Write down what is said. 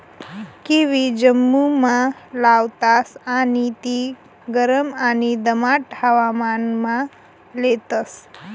kiwi जम्मुमा लावतास आणि ती गरम आणि दमाट हवामानमा लेतस